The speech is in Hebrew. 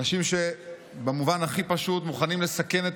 אנשים שבמובן הכי פשוט מוכנים לסכן את